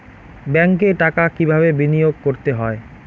ব্যাংকে টাকা কিভাবে বিনোয়োগ করতে হয়?